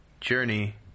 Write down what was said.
journey